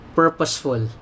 purposeful